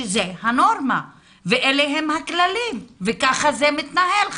שזה הנורמה ואלה הם הכללים וככה זה מתנהל,